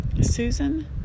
susan